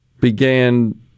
began